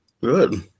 Good